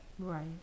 Right